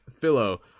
Philo